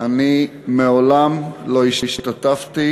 אני מעולם לא השתתפתי